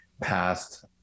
past